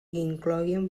incloïen